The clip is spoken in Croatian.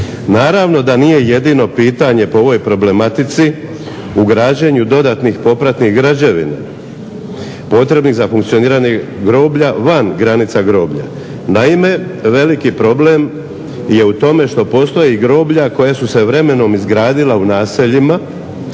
Naravno da nije jedino pitanje po ovoj problematici u građenju dodatnih popratnih građevina potrebnih za funkcioniranje groblja van granica groblja. Naime, veliki problem je u tome što postoje i groblja koja su se vremenom izgradila u naseljima